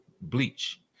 bleach